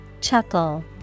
chuckle